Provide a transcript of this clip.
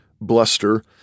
bluster